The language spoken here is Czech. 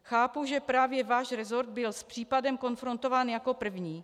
Chápu, že právě váš resort byl s případem konfrontován jako první.